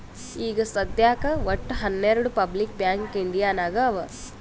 ಈಗ ಸದ್ಯಾಕ್ ವಟ್ಟ ಹನೆರ್ಡು ಪಬ್ಲಿಕ್ ಬ್ಯಾಂಕ್ ಇಂಡಿಯಾ ನಾಗ್ ಅವಾ